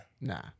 Nah